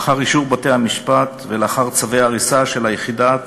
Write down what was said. לאחר אישור בתי-המשפט ולאחר צווי הריסה של יחידת